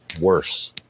worse